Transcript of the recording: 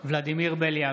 ולדימיר בליאק,